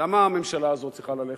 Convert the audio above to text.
למה הממשלה הזאת צריכה ללכת?